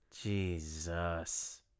jesus